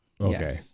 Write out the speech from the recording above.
Okay